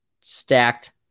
stacked